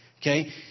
Okay